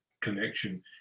connection